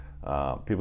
People